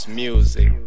music